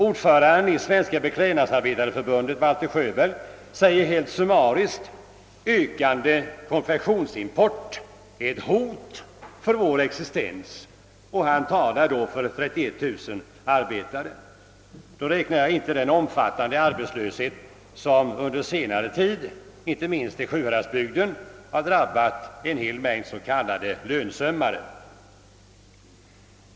Ordföranden i Svenska beklädnadsarbetareförbundet Valter Sjöberg säger helt summariskt: »Ökande konfektionsimport är ett hot för vår existens.» Han talar då för 31000 arbetare. I de siffror jag nämnt innefattas inte den stora arbetslöshet som under senare tid inte minst i Sjuhäradsbygden drabbat en mängd s.k. lönsömmare.